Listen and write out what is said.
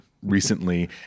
recently